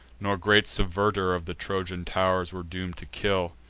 nor great subverter of the trojan tow'rs, were doom'd to kill,